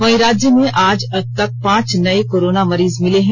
वहीं राज्य में आज अब तक पांच नए कोरोना मरीज मिले हैं